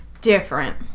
different